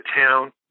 town